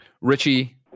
richie